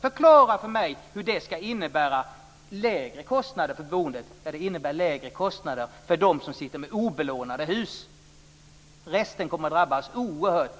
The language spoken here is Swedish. Förklara för mig hur det ska innebära lägre kostnader för boendet! Det innebär lägre kostnader för dem som sitter med obelånade hus. Resten kommer att drabbas oerhört.